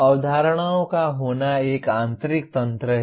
अवधारणाओं का होना एक आंतरिक तंत्र है